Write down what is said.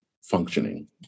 functioning